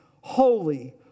holy